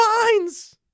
minds